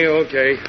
okay